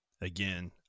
again